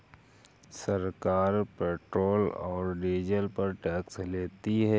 सरकार पेट्रोल और डीजल पर टैक्स लेती है